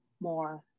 more